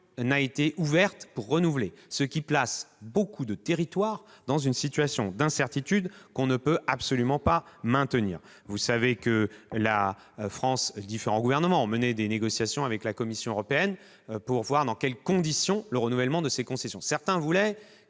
n'a été ouverte pour les renouveler, ce qui place nombre de territoires dans une situation d'incertitude que l'on ne peut absolument pas maintenir. Vous le savez aussi, en France, les différents gouvernements ont mené des négociations avec la Commission européenne pour examiner les conditions du renouvellement de ces concessions. Certains voulaient